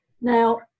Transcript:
Now